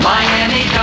Miami